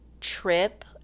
trip